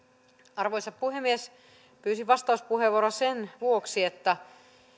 arvoisa puhemies pyysin vastauspuheenvuoron sen vuoksi että